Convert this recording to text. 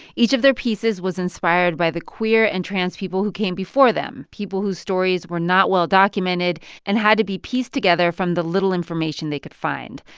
each of their pieces was inspired by the queer and trans people who came before them, people people whose stories were not well-documented and had to be pieced together from the little information they could find.